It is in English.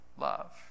love